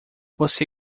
você